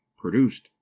produced